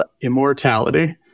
Immortality